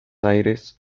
aires